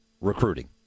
recruiting